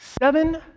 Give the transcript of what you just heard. Seven